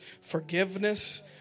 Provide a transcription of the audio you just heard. forgiveness